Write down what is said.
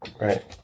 right